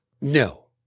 No